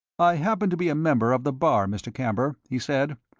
i happen to be a member of the bar, mr. camber, he said,